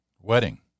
wedding